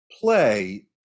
play